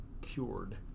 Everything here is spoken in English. cured